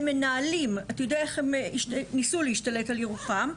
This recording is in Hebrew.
הם ניסו להשתלט על ירוחם,